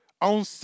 on